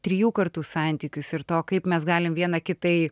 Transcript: trijų kartų santykius ir to kaip mes galim viena kitai